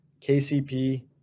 KCP